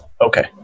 Okay